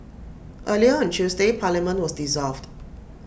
earlier on Tuesday parliament was dissolved